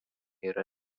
yra